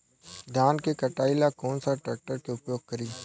धान के कटाई ला कौन सा ट्रैक्टर के उपयोग करी?